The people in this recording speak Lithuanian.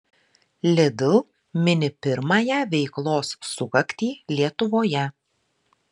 lidl mini pirmąją veiklos sukaktį lietuvoje